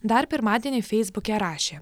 dar pirmadienį feisbuke rašė